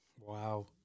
Wow